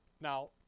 now